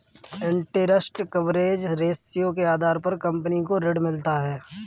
interest coverage ratio के आधार पर कंपनी को ऋण मिलता है